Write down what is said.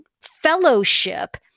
fellowship